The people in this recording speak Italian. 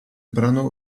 brano